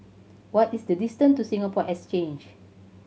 what is the distance to Singapore Exchange